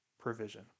provision